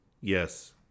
Yes